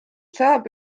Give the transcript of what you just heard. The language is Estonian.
saab